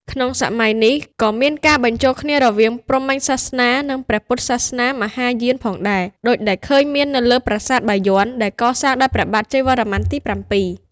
ក្នុងសម័យនេះ ក៏មានការ បញ្ចូលគ្នារវាងព្រហ្មញ្ញសាសនា និងព្រះពុទ្ធសាសនាមហាយានផងដែរ ដូចដែលឃើញមាននៅប្រាសាទបាយ័នដែលកសាងដោយព្រះបាទជ័យវរ្ម័នទី ៧។